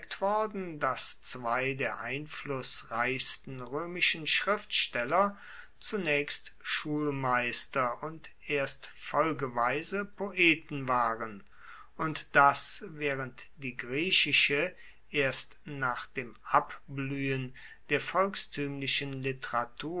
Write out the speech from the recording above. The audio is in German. worden dass zwei der einflussreichsten roemischen schriftsteller zunaechst schulmeister und erst folgeweise poeten waren und dass waehrend die griechische erst nach dem abbluehen der volkstuemlichen literatur